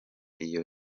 iyo